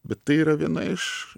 bet tai yra viena iš